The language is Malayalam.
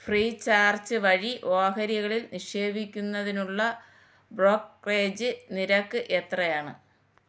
ഫ്രീചാർജ് വഴി ഓഹരികളിൽ നിക്ഷേപിക്കുന്നതിനുള്ള ബ്രോക്കറേജ് നിരക്ക് എത്രയാണ്